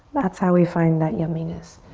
that's how we find that yumminess.